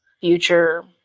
future